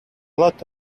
lot